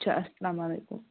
اچھا اسلامُ علیکم